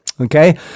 Okay